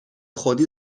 خودی